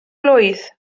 blwydd